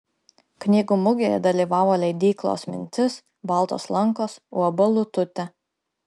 knygų mugėje dalyvavo leidyklos mintis baltos lankos uab lututė